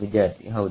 ವಿದ್ಯಾರ್ಥಿಹೌದು